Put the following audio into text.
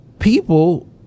People